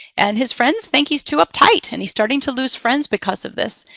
and his friends think he's too uptight, and he's starting to lose friends because of this.